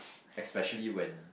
especially when